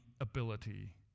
ability